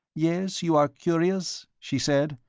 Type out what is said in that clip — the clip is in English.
yes, you are curious? she said.